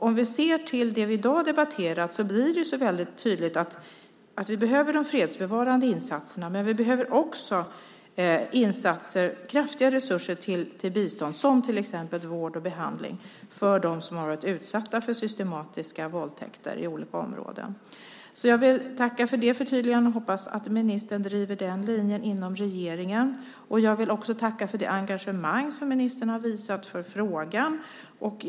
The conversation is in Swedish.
Om vi ser till det vi i dag debatterar blir det väldigt tydligt att vi behöver de fredsbevarande insatserna, men vi behöver också insatser och kraftiga resurser till bistånd som till exempel vård och behandling för dem som har varit utsatta för systematiska våldtäkter i olika områden. Jag vill alltså tacka för det förtydligandet och hoppas att ministern driver den linjen inom regeringen. Jag vill också tacka för det engagemang som ministern har visat för frågan.